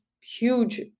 huge